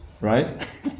right